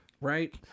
right